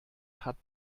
hat